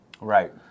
right